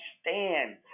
stand